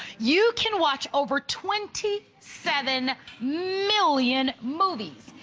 you can watch over twenty seven million movies,